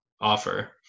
offer